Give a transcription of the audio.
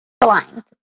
Blind